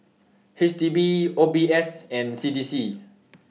H D B O B S and C D C